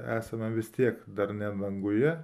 esame vis tiek dar ne danguje